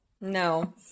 No